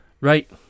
Right